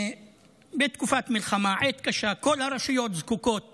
בתקופת מלחמה, עת קשה, כל הרשויות זקוקות